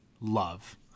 love